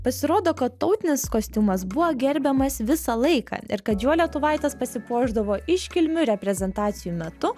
pasirodo kad tautinis kostiumas buvo gerbiamas visą laiką ir kad juo lietuvaitės pasipuošdavo iškilmių reprezentacijų metu